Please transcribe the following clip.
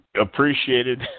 appreciated